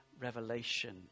revelation